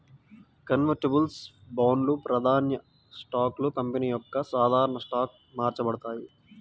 convertibles బాండ్లు, ప్రాధాన్య స్టాక్లు కంపెనీ యొక్క సాధారణ స్టాక్గా మార్చబడతాయి